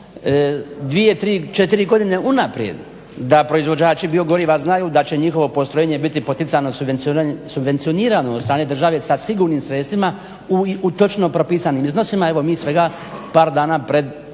četiri godine unaprijed da proizvođači biogoriva znaju da će njihovo postrojenje biti poticano subvencionirano od strane države sa sigurnim sredstvima u točno propisanim iznosima. Evo mi svega par dana pred početak